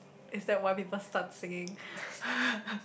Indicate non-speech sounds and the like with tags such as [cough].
is that why people start singing [laughs]